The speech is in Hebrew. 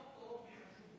טוב וחשוב.